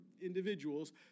individuals